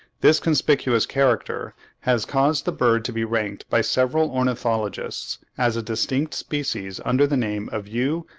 this conspicuous character has caused the bird to be ranked by several ornithologists as a distinct species under the name of u.